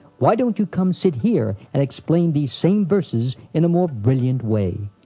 why don't you come sit here and explain these same verses in a more brilliant way.